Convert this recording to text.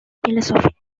philosophy